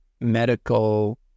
medical